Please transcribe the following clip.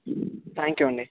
thank you అండి